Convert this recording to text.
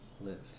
live